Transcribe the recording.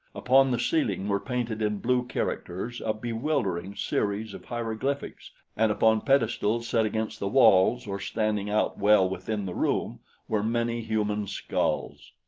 upon the ceiling were painted in blue characters a bewildering series of hieroglyphics and upon pedestals set against the walls or standing out well within the room were many human skulls.